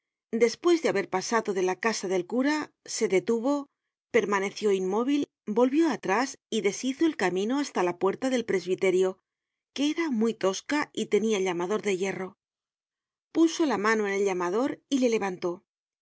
despues de haber pasado de la casa del cura se detuvo permaneció inmóvil volvió atrás y deshizo el camino hasta la puerta del presbiterio que era muy tosca y tenia llamador de hierro puso la mano en el llamador y le levantó